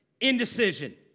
indecision